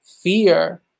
fear